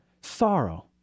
Sorrow